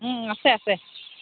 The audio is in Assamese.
আছে আছে